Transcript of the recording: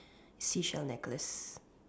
seashell necklace